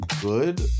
good